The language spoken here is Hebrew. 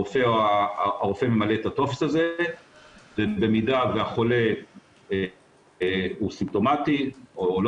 הרופא ממלא את הטופס הזה ובמידה והחולה סימפטומטי או לא